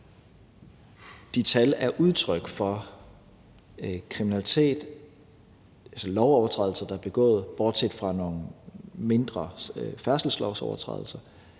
de tal er udtryk for kriminalitet, altså lovovertrædelser, der er begået, bortset fra nogle mindre færdselslovsovertrædelser.